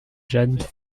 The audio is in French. jane